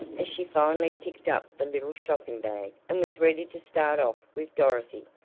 as she finally picked up the little shopping bag and was ready to start off with dorothy.